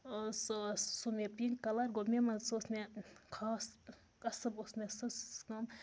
سُہ سُو مےٚ پِنٛک کَلَر گوٚو مےٚ منٛز سُہ اوس مےٚ خاص کَسٕب اوس مےٚ سٕژ کٲم